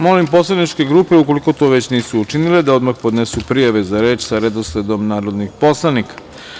Molim poslaničke grupe, ukoliko to već nisu učinile, da odmah podnesu prijave za reč sa redosledom narodnih poslanika.